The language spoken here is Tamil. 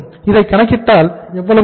இதை கணக்கிட்டால் எவ்வளவு இருக்கும்